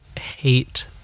hate